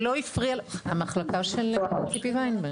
המחלקה של ציפי ויינברג.